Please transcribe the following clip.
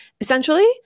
essentially